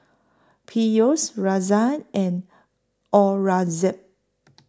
Peyush Razia and Aurangzeb